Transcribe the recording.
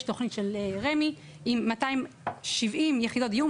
תוכנית של רמ"י עם 270 יחידות דיור,